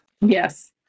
Yes